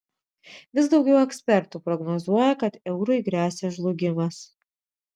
vis daugiau ekspertų prognozuoja kad eurui gresia žlugimas